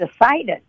decided